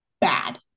bad